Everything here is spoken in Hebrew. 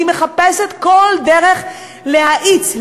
ואני מחפשת כל דרך להאיץ,